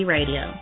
Radio